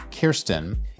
Kirsten